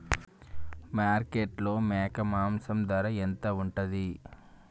మార్కెట్లో మేక మాంసం ధర ఎంత ఉంటది?